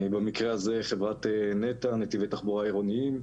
במקרה הזה חברת נת"ע, נתיבי תחבורה עירוניים.